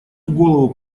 голову